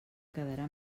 quedarà